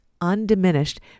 undiminished